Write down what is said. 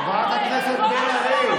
חברת הכנסת בן ארי.